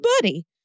buddy